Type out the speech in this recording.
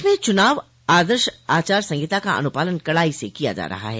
प्रदेश में चुनाव आदर्श आचार संहिता का अनुपालन कड़ाई से किया जा रहा है